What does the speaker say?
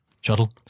Shuttle